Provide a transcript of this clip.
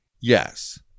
Yes